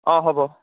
অঁ হ'ব